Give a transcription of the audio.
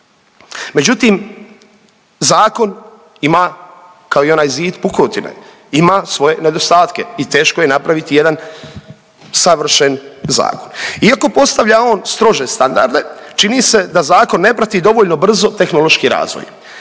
Međutim, zakon ima kao i onaj zid pukotine, ima svoje nedostatke i teško je napraviti jedan savršen zakon. Iako postavlja on strože standarde čini se da zakon ne prati dovoljno brzo tehnološki razvoj.